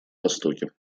востоке